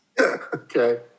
Okay